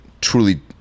truly